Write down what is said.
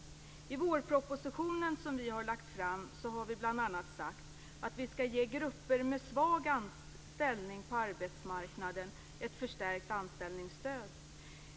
I den vårproposition som vi har lagt fram sade vi bl.a. att vi skall ge grupper med svag ställning på arbetsmarknaden ett förstärkt anställningsstöd.